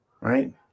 Right